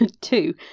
Two